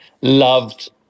loved